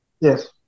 Yes